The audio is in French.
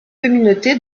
communauté